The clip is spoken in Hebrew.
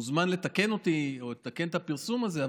הוא מוזמן לתקן אותי או לתקן את הפרסום הזה.